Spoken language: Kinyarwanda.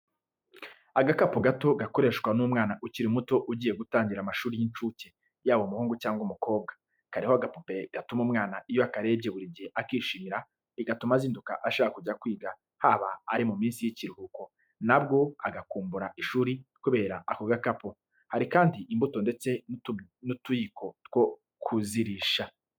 Agakapu gato gakoreshwa n'umwana ukiri muto ugiye gutangira amashuri y'incuke yaba umuhungu cyangwa umukobwa, kariho agapupe gatuma umwana iyo akarebye buri gihe akishimira bigatuma azinduka ashaka kujya kwiga haba ari mu minsi y'ikiruhuko, nabwo agakumbura ishuri kubera ako gakapu. Hari kandi imbuto ndetse n'utuyiko two kuzirisha.